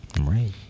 right